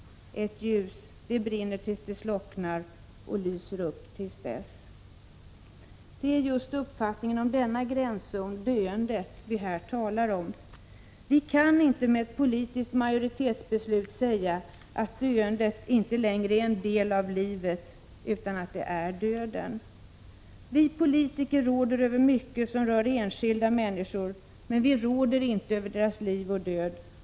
Ett ljus det brinner tills det slocknar och lyser upp till dess.” Det är just uppfattningen om denna gränszon — döendet — som vi här talar om. Vi kan inte genom ett politiskt majoritetsbeslut säga att döendet inte längre är en del av livet utan att det är döden. Vi politiker råder över mycket som rör enskilda människor, men vi råder inte över deras liv och död.